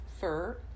fur